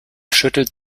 schüttelt